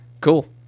Cool